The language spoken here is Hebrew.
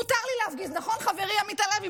מותר לי להפגיז, נכון, חברי עמית הלוי?